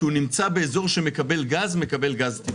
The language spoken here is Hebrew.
כי הוא נמצא באזור שמקבל גז מקבל גז טבעי,